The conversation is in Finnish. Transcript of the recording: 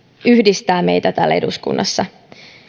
yhdistää meitä täällä eduskunnassa